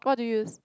what do you use